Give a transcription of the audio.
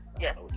Yes